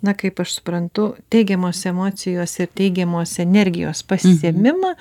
na kaip aš suprantu teigiamos emocijos ir teigiamos energijos pasiėmimą